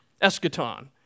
eschaton